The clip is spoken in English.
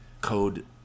code